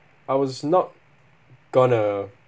I was not going to